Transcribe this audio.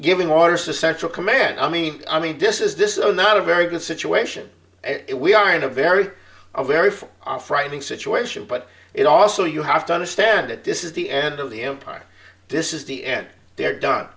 giving orders to central command i mean i mean this is this is not a very good situation if we are in a very very full frightening situation but it also you have to understand that this is the end of the empire this is the end they're done